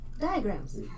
Diagrams